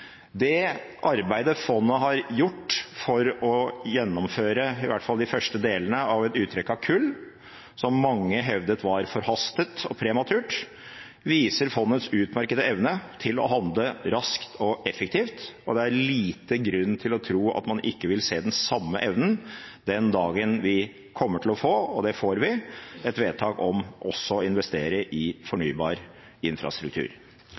Det arbeidet fondet har gjort for å gjennomføre i hvert fall de første delene av et uttrekk av kull, som mange hevdet var forhastet og prematurt, viser fondets utmerkede evne til å handle raskt og effektivt, og det er liten grunn til å tro at man ikke vil se den samme evnen den dagen vi kommer til å få – og det får vi – et vedtak om også å investere i fornybar infrastruktur.